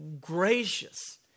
gracious